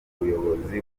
ubuyobozi